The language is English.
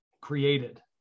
created